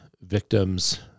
victims